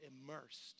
immersed